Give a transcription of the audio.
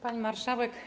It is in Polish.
Pani Marszałek!